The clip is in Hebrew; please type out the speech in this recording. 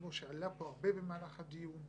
כמו שעלה כאן הרבה במהלך הדיון,